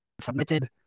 submitted